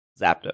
Zapdos